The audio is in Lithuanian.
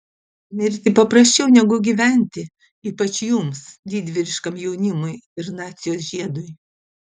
mirti paprasčiau negu gyventi ypač jums didvyriškam jaunimui ir nacijos žiedui